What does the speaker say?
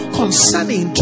concerning